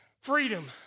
Freedom